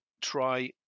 try